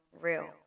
real